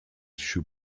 shoes